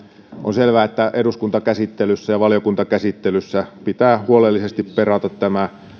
on selvää että eduskuntakäsittelyssä ja valiokuntakäsittelyssä pitää huolellisesti perata tämä